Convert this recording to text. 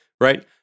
right